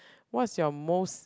what's your most